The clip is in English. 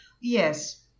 yes